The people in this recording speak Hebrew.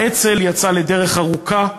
האצ"ל יצא לדרך ארוכה,